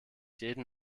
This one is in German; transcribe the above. jeden